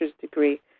degree